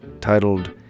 titled